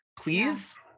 please